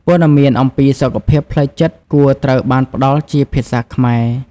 ព័ត៌មានអំពីសុខភាពផ្លូវចិត្តគួរត្រូវបានផ្តល់ជាភាសាខ្មែរ។